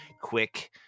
quick